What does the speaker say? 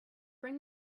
bring